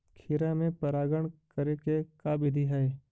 खिरा मे परागण करे के का बिधि है?